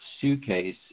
suitcase